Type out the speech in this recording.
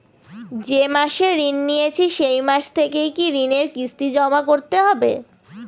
যে মাসে ঋণ নিয়েছি সেই মাস থেকেই কি ঋণের কিস্তি জমা করতে হবে?